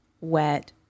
wet